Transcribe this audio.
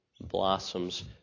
blossoms